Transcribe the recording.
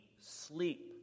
sleep